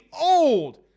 old